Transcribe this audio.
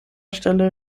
stelle